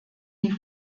die